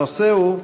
הנושא הוא: